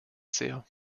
sehr